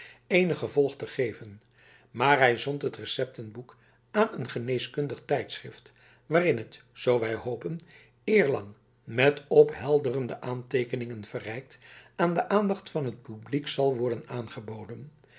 eenig gevolg te geven maar hij zond het receptenboek aan een geneeskundig tijdschrift waarin het zoo wij hopen eerlang met ophelderende aanteekeningen verrijkt aan de aandacht van het publiek zal worden aangeboden